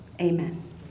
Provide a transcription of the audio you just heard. amen